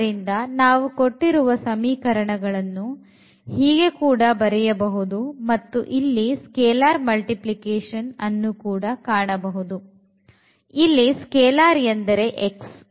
ಆದ್ದರಿಂದ ನಾವು ಕೊಟ್ಟಿರುವ ಸಮೀಕರಣಗಳನ್ನು ಹೀಗೆ ಕೂಡ ಬರೆಯಬಹುದು ಮತ್ತು ಇಲ್ಲಿ scalar multiplication ಅನ್ನು ಕೂಡ ಕಾಣಬಹುದು ಇಲ್ಲಿ ಸ್ಕೆಲಾರ್ ಎಂದರೆ x